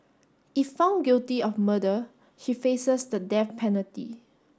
if found guilty of murder she faces the death penalty